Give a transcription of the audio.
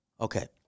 Okay